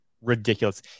ridiculous